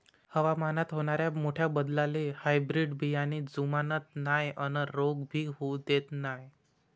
हवामानात होनाऱ्या मोठ्या बदलाले हायब्रीड बियाने जुमानत नाय अन रोग भी होऊ देत नाय